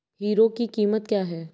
Hero की कीमत क्या है?